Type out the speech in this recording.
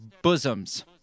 bosoms